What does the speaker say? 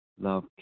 love